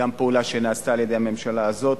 זו גם פעולה שנעשתה על-ידי הממשלה הזאת.